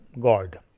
God